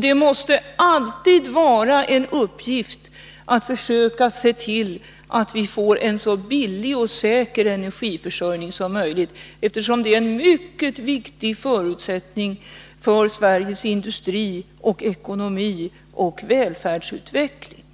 Det måste alltid vara en uppgift att försöka se till att vi får en så billig och säker energiförsörjning som möjligt, eftersom det är en mycket viktigt förutsättning för Sveriges industri, ekonomi och välfärdsutveckling.